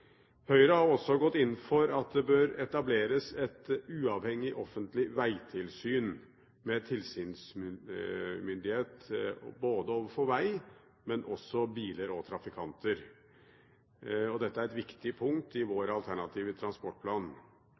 Høyre har også gått inn for at det bør etableres «et uavhengig offentlig veitilsyn, med tilsynsmyndighet overfor både vei, biler og trafikanter». Dette er et viktig punkt i vår alternative transportplan.